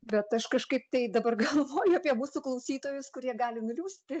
bet aš kažkaip tai dabar galvoju apie mūsų klausytojus kurie gali nuliūsti